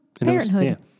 parenthood